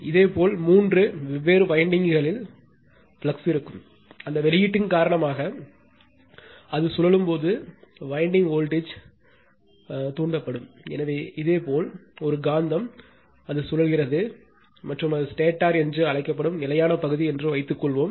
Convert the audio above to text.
இதேபோல் இந்த மூன்று வெவ்வேறு வயண்டிங்களில் ஃப்ளக்ஸ் இருக்கும் அந்த வெளியீட்டின் காரணமாக அது சுழலும் போது சுழலும் போது வயண்டிங் வோல்டேஜ் தூண்டப்படும் எனவே இதேபோல் ஒரு காந்தம் அது சுழல்கிறது மற்றும் அது ஸ்டேட்டர் என்று அழைக்கப்படும் நிலையான பகுதி என்று வைத்துக்கொள்வோம்